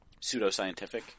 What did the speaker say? pseudoscientific